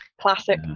Classic